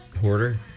Hoarder